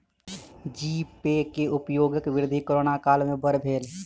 जी pay के उपयोगक वृद्धि कोरोना काल में बड़ भेल